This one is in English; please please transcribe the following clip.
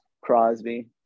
Crosby